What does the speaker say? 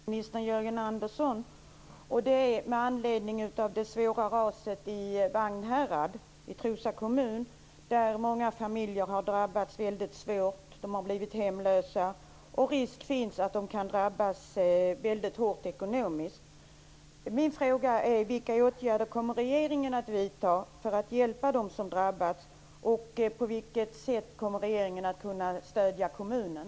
Fru talman! Jag vill ställa en fråga till inrikesminister Jörgen Andersson med anledning av det svåra raset i Vagnhärad i Trosa kommun. Där har många familjer drabbats väldigt svårt. De har blivit hemlösa, och det finns risk för att de kan drabbas väldigt hårt ekonomiskt. Min fråga är vilka åtgärder regeringen kommer att vidta för att hjälpa dem som drabbats. Och på vilket sätt kommer regeringen att kunna stödja kommunen?